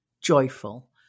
joyful